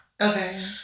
Okay